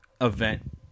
event